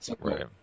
right